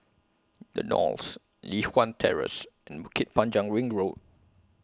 The Knolls Li Hwan Terrace and Bukit Panjang Ring Road